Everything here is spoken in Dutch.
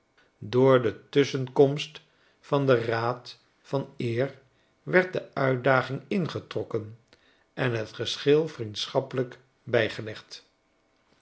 door d e tusschenkomst van den raad van eer werdde uitdaging ingetrokken en het geschil vriendschappelijk bijgelegd